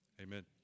amen